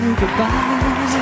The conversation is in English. goodbye